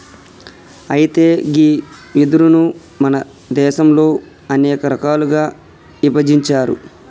అయితే గీ వెదురును మన దేసంలో అనేక రకాలుగా ఇభజించారు